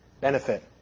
Benefit